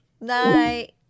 Night